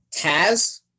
Taz